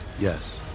Yes